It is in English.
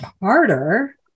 harder